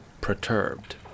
perturbed